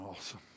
awesome